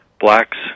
blacks